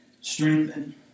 strengthen